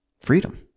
freedom